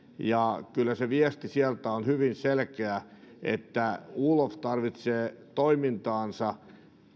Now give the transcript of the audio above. ja kyllä se viesti sieltä on hyvin selkeä että olaf tarvitsee toimintaansa